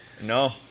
No